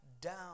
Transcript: down